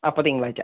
അപ്പോൾ തിങ്കളാഴ്ച്ച